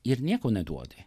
ir nieko neduodi